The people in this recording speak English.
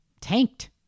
tanked